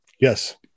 Yes